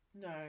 no